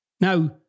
Now